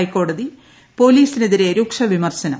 ഹൈക്കോടതി പോലീസിന് എതിരെ രൂക്ഷ വിമർശനം